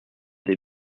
des